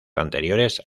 anteriores